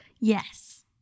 Yes